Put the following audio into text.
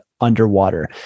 underwater